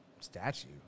Statue